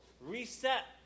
reset